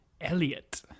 Elliot